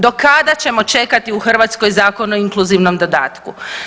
Do kada ćemo čekati u Hrvatskoj zakon o inkluzivnom dodatku?